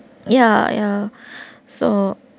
ya ya so